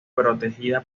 protegida